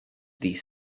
ddydd